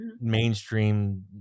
mainstream